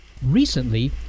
recently